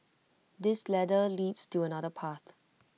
this ladder leads to another path